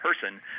person